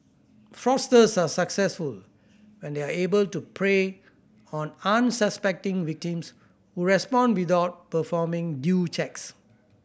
fraudsters are successful when they are able to prey on unsuspecting victims who respond without performing due checks